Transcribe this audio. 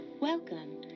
Welcome